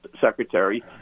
secretary